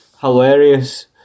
Hilarious